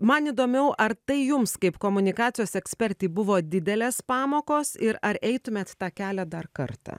man įdomiau ar tai jums kaip komunikacijos ekspertei buvo didelės pamokos ir ar eitumėt tą kelią dar kartą